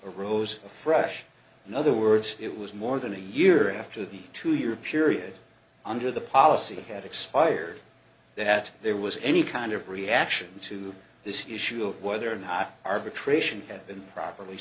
arose afresh in other words it was more than a year after the two year period under the policy had expired that there was any kind of reaction to this issue of whether or not arbitration had been properly